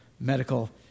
medical